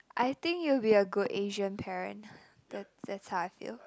I think you'll be a good Asian parent that that's how I feel